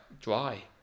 dry